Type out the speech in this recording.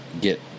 get